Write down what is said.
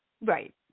right